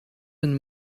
een